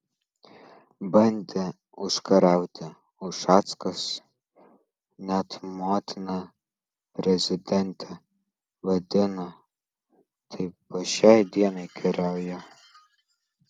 bandė užkariauti ušackas net motina prezidentę vadino tai po šiai dienai kariauja